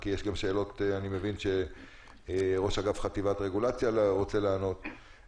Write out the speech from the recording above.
כי אני מבין שיש גם שאלות שראש חטיבת רגולציה רוצה לענות עליהן.